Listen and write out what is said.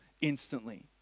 instantly